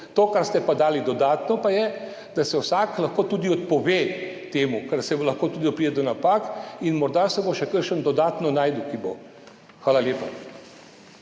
To, kar ste pa dali dodatno pa je, da se vsak lahko tudi odpove temu, kar se bo, lahko tudi pride do napak in morda se bo še kakšen dodatno našel, ki bo. Hvala lepa.